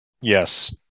Yes